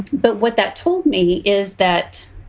but what that told me is that